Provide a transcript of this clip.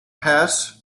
hess